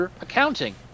accounting